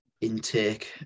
intake